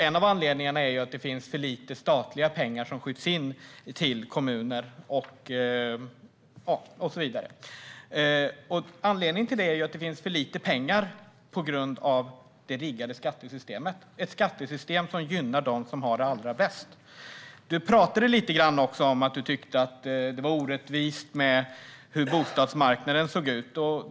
En av anledningarna är att det skjuts in för lite statliga pengar till kommuner. Anledningen till det är att det finns för lite pengar på grund av det riggade skattesystemet som gynnar dem som har det allra bäst. Du talade lite grann om att du tycker att det är orättvist hur bostadsmarknaden ser ut.